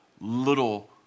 little